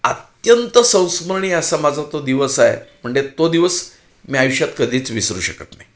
अत्यंत संस्मरणीय असा माझा तो दिवस आहे म्हणजे तो दिवस मी आयुष्यात कधीच विसरू शकत नाही